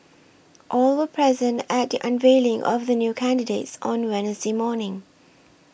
all were present at the unveiling of the new candidates on Wednesday morning